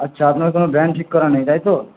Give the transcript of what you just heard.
আচ্ছা আপনার কোনো ব্র্যান্ড ঠিক করা নেই তাই তো